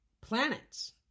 planets